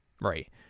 Right